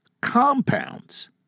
compounds